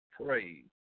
pray